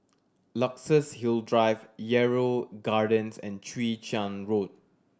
Luxus Hill Drive Yarrow Gardens and Chwee Chian Road